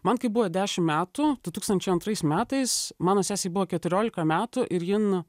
man kai buvo dešim metų du tūkstančiai antrais metais mano sesei buvo keturiolika metų ir jin